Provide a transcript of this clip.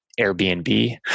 Airbnb